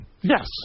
Yes